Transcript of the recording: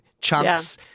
chunks